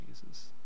Jesus